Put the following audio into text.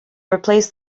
replaced